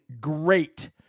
great